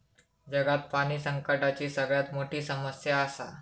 जगात पाणी संकटाची सगळ्यात मोठी समस्या आसा